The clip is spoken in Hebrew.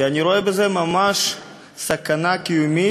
כי אני רואה בזה ממש סכנה קיומית